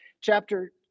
chapter